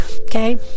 Okay